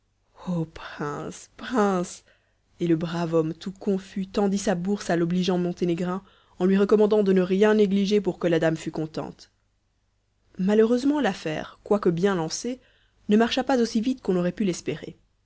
prince prince et le brave homme tout confus tendit sa bourse à l'obligeant monténégrin en lui recommandant de ne rien négliger pour que la dame fût contente malheureusement laffaire quoique bien lancée ne marcha pas aussi vite qu'on aurait pu l'espérer